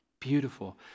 Beautiful